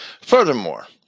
Furthermore